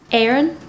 Aaron